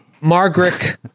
Margaret